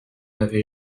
avez